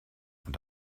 und